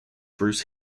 bruce